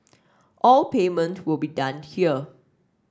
all payment will be done here